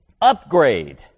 upgrade